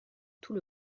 tout